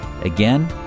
again